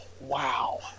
Wow